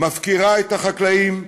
מפקירה את החקלאים,